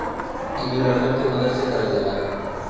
इ दू लड़कन के मदद से करल जाला